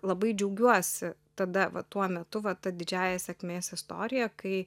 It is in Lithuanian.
labai džiaugiuosi tada va tuo metu va ta didžiąja sėkmės istorija kai